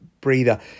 breather